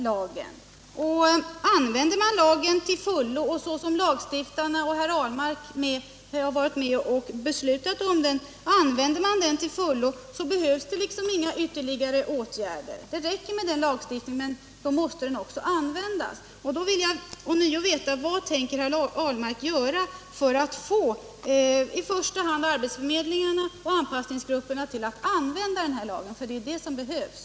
Men använder man lagen till fullo och så som lagstiftarna — och herr Ahlmark — har varit med om att besluta behövs det inga ytterligare åtgärder. Det räcker med den lagstiftning som finns, men då måste den också användas! Därför vill jag ånyo veta: Vad tänker herr Ahlmark göra för att få i första hand arbetsförmedlingarna och anpassningsgrupperna att använda den här lagen? Det är ju det som behövs.